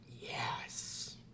Yes